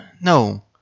No